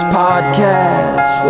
podcast